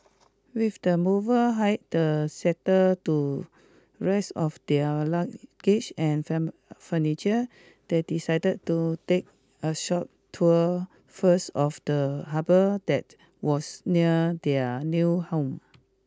with the mover hired settle to rest of their luggage and furniture that they decided to take a short tour first of the harbour that was near their new home